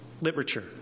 literature